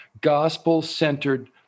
gospel-centered